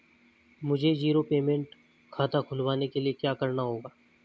मुझे zero payment खाता खुलवाने के लिए क्या करना होगा?